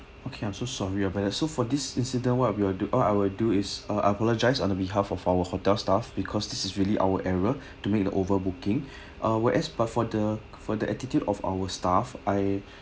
okay I'm so sorry about that so for this incident what we will do I will do is uh I apologise on the behalf of our hotel staff because this is really our error to make the overbooking ah where as but for the for the attitude of our staff I